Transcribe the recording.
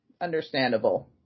Understandable